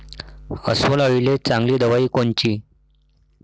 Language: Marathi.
अस्वल अळीले चांगली दवाई कोनची?